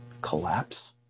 collapse